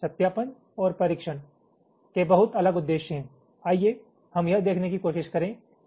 लेकिन सत्यापन और परीक्षण के बहुत अलग उद्देश्य हैं आइए हम यह देखने की कोशिश करें कि ये क्या हैं